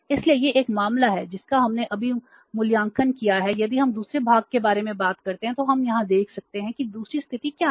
इसलिए यह एक मामला है जिसका हमने अभी मूल्यांकन किया है यदि हम दूसरे भाग के बारे में बात करते हैं तो हम यहां देख सकते हैं कि दूसरी स्थिति क्या है